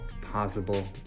possible